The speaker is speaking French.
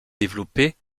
développée